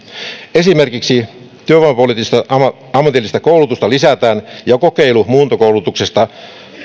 esimerkiksi työvoimapoliittista ammatillista koulutusta lisätään ja kokeilu muuntokoulutuksesta